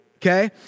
Okay